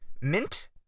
mint